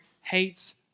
hates